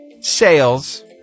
...sales